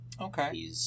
Okay